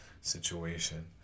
situation